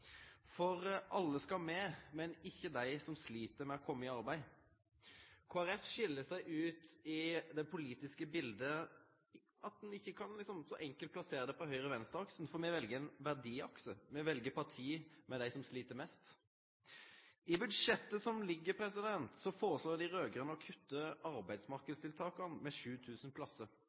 med. Alle skal med, men ikkje dei som slit med å kome i arbeid. Kristeleg Folkeparti skil seg ut i det politiske biletet ved at ein ikkje så enkelt kan plassere oss på høgre–venstre-aksen fordi vi vel ein verdiakse. Me vel å vere på parti med dei som slit mest. I budsjettet som ligg føre, foreslår dei raud-grøne å kutte i arbeidsmarknadstiltaka med 7 000 plassar.